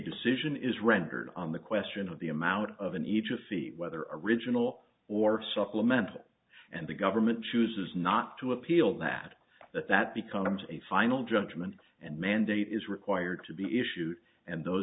decision is rendered on the question of the amount of in each of feet whether original war supplemental and the government chooses not to appeal that that that becomes a final judgment and mandate is required to be issued and those